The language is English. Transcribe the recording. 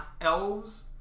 elves